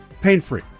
pain-free